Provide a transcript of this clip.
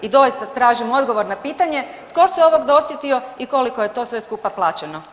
I doista tražim odgovor na pitanje tko se ovog dosjetio i koliko je to sve skupa plaćeno?